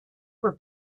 were